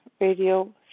radio